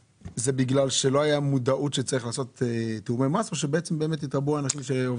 בגלל שלא הייתה מודעות שצריך לעשות תיאומי מס או שהתרבו האנשים?